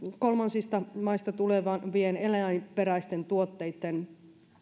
kolmansista maista tulevien eläinperäisten tuotteitten